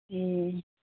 ए